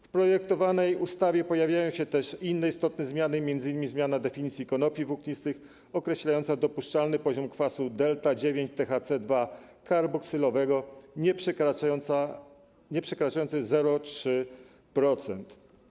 W projektowanej ustawie pojawiają się też inne istotne zmiany, m.in. zmiana definicji konopi włóknistych, określająca dopuszczalny poziom kwasu delta-9-THC-2-karboksylowego nieprzekraczający 0,3%.